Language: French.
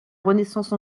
renaissance